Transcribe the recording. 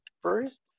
First